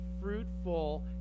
fruitful